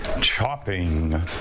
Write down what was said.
chopping